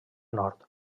nord